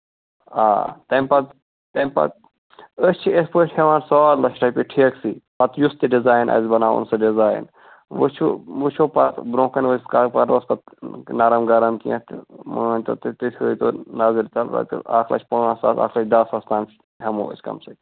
آ تَمہِ پَتہٕ تَمہِ پَتہٕ أسۍ چھِ یِتھٕ پٲٹھۍ ہیٚوان سواد لَچھ رۄپیہِ ٹھیکسٕے پَتہٕ یُس تہِ ڈِزایِن آسہِ بَناوُن سُہ ڈِزایِن وُچھَو وُچھَو پَتہٕ برٛونٛہہ کنہِ وٲتِتھ کَرو پَتہٕ اوس اتھ نَرٕم گرٕم کیٚنٛہہ تہٕ مٲنۍتَو تُہۍ تھٲوتو نَظرِ تَل پَتہٕ اکھ لَچھ پانٛژھ ساس اکھ لَچھ دہ ساسس تام ہیٚمو أسۍ کَم سے کَم